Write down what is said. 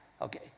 okay